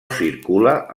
circula